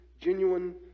genuine